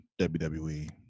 WWE